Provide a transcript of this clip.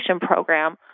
program